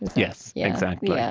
yes, yeah exactly. yeah